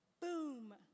Boom